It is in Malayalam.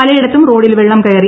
പലയിടത്തും റോഡിൽ വെള്ളം കയറി